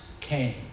came